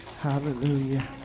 Hallelujah